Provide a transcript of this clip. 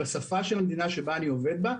בשפה של המדינה שאני עובד בה,